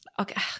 okay